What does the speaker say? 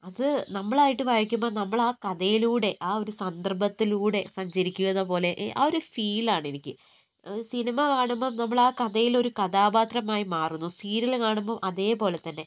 അത് നമ്മളായിട്ട് വായിക്കുമ്പം നമ്മൾ ആ കഥയിലൂടെ ആ ഒരു സന്ദർഭത്തിലൂടെ സഞ്ചരിക്കുന്ന പോലെയൊക്കെ ആ ഒരു ഫീലാണ് എനിക്ക് സിനിമ കാണുമ്പം നമ്മൾ ആ കഥയിലൊരു കഥാപാത്രമായി മാറുന്നു സീരിയൽ കാണുമ്പം അതേപോലെത്തന്നെ